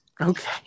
Okay